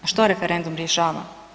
Što referendum rješava?